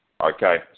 Okay